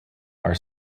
are